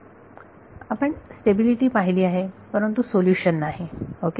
तर आपण स्टॅबिलिटी पाहिली आहे परंतु सोल्युशन नाही ओके